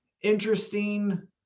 interesting